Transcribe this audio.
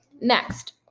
Next